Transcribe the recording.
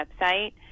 website